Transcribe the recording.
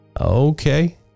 okay